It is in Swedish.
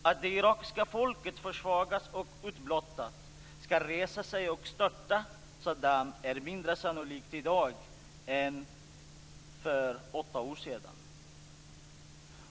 Att det irakiska folket - försvagat och utblottat - skall resa sig och störta Saddam är mindre sannolikt i dag än för åtta år sedan.